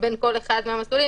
בין כל אחד מהמסלולים,